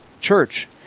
church